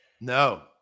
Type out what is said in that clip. No